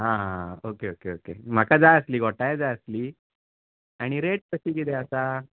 आं आं okay okay okay म्हाका जाय आसली घोटांय जाय आसली आनी रेट कशी कितें आसा